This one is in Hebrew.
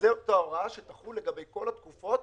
זאת ההוראה שתחול לגבי כל התקופות